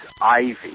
ivy